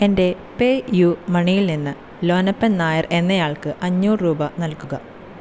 എൻ്റെ പേയുമണിയിൽ നിന്ന് ലോനപ്പൻ നായർ എന്നയാൾക്ക് അഞ്ഞൂറ് രൂപ നൽകുക